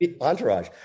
Entourage